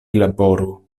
laboru